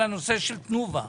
על הנושא של תנובה,